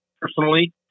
personally